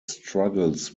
struggles